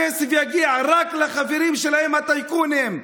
הכסף יגיע רק לחברים שלהם, הטייקונים.